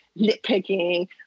nitpicking